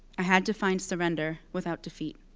i had to find surrender without defeat.